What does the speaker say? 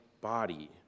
body